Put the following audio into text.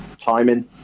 timing